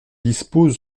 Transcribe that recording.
dispose